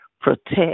protect